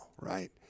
right